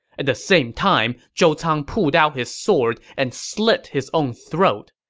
at the same time, zhou cang pulled out his sword and slit his own throat.